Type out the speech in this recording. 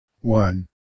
one